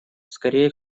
скорее